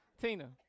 Tina